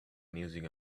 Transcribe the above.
music